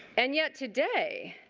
and yet today,